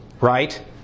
right